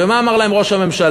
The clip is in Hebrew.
ומה אמר להם ראש הממשלה?